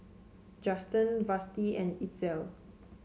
Juston Vashti and Itzel